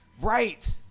Right